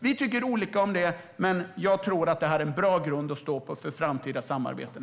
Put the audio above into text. Vi tycker olika om detta, men jag tror att vi har en bra grund att stå på för framtida samarbeten.